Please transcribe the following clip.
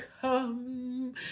come